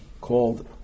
called